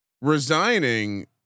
resigning